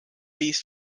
viis